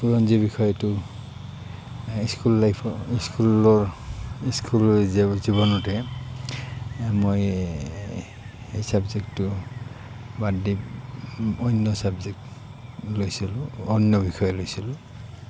বুৰঞ্জী বিষয়টো স্কুল লাইফৰ স্কুলৰ স্কুল জীৱনতে মই এই ছাবজেক্টটো বাদ দি অন্য ছাবজেক্ট লৈছিলোঁ অন্য বিষয় লৈছিলোঁ